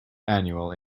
annual